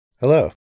Hello